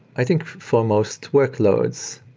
i think for most workloads,